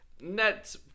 Net